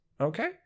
Okay